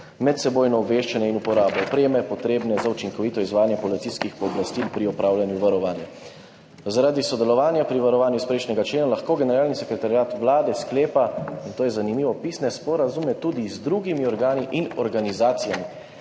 medsebojno obveščanje in uporabo opreme, potrebne za učinkovito izvajanje policijskih pooblastil pri opravljanju varovanja. Zaradi sodelovanja pri varovanju iz prejšnjega člena lahko Generalni sekretariat Vlade sklepa,« in to je zanimivo, »pisne sporazume tudi z drugimi organi in organizacijami,